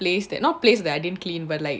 place that place that I didn't clean but like